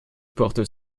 porte